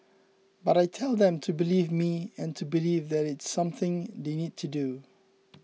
but I tell them to believe me and to believe that it's something they need to do